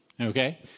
Okay